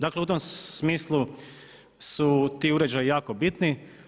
Dakle, u tom smislu su ti uređaji jako bitni.